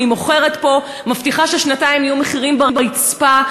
היא מוכרת פה, מבטיחה ששנתיים יהיו מחירים ברצפה.